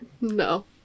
no